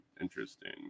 interesting